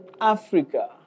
Africa